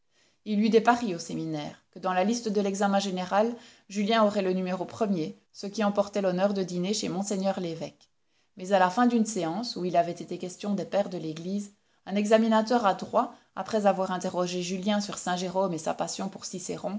eut des paris au séminaire que dans la liste de l'examen général julien aurait le numéro premier ce qui emportait l'honneur de dîner chez mgr l'évêque mais à la fin d'une séance où il avait été question des pères de l'église un examinateur adroit après avoir interrogé julien sur saint jérôme et sa passion pour